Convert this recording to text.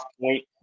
Point